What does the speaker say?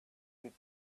with